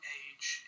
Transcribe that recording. age